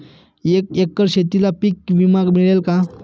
एका एकर शेतीला पीक विमा मिळेल का?